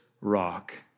Rock